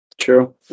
True